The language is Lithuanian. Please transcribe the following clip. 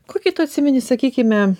kokį tu atsimeni sakykime